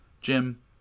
Jim